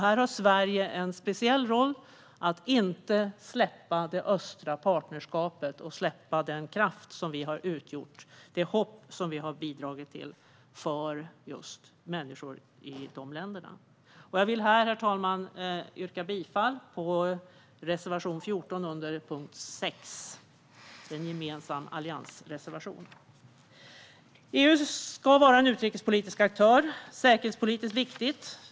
Här har Sverige en speciell roll: att inte släppa det östliga partnerskapet, den kraft som vi har utgjort där och det hopp som vi har bidragit till för människor i de länderna. Jag vill här yrka bifall, herr talman, till reservation 14 under punkt 6, en gemensam alliansreservation. EU ska vara en utrikespolitisk aktör. Det är säkerhetspolitiskt viktigt.